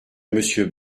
monsieur